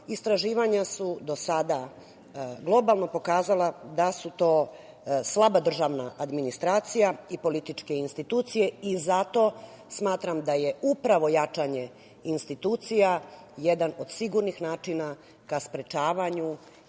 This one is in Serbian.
istraživanja su do sada globalno pokazala da su to slaba državna administracija i političke institucije i zato smatram da je upravo jačanje institucija jedan od sigurnih načina ka sprečavanju